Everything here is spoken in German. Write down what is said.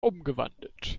umgewandelt